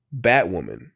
Batwoman